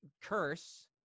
curse